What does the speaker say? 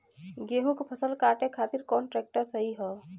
गेहूँक फसल कांटे खातिर कौन ट्रैक्टर सही ह?